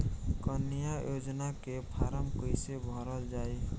कन्या योजना के फारम् कैसे भरल जाई?